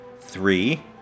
Three